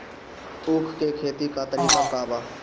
उख के खेती का तरीका का बा?